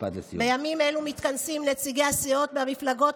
בימים אלו מתכנסים נציגי הסיעות מהמפלגות